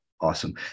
Awesome